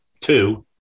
two